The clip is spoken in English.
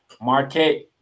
Marquette